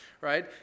right